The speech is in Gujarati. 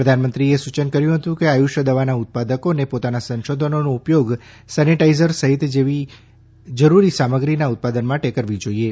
પ્રધાનમંત્રીએ સૂયન કર્યું છે કે આયુષ દવાના ઉત્પાદકોને પોતાના સંશોધનોનો ઉપયોગ સેનેટાઇઝર સહિત એવી જરૂરી સામગ્રીના ઉત્પાદન માટે કરવી જોઇએ